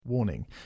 Warning